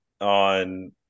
on